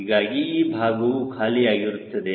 ಹೀಗಾಗಿ ಈ ಭಾಗವು ಖಾಲಿಯಾಗಿರುತ್ತದೆ